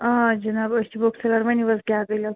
آ جناب أسۍ چھِ بُک سیٚلَر ؤنِو حظ کیٛاہ دٔلیٖل